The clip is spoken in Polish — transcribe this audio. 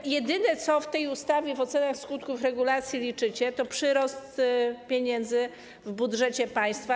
Wy jedyne, co w tej ustawie, w ocenie skutków regulacji liczycie, to przyrost pieniędzy w budżecie państwa.